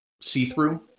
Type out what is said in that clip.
see-through